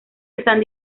están